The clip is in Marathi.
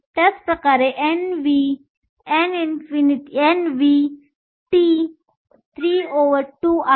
त्याच प्रकारे Nv Nvo T32 आहे